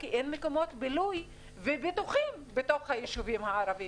כי אין מקומות בילוי בטוחים בתוך היישובים הערביים